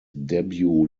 debut